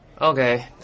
Okay